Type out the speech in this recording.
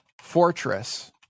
fortress